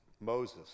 Moses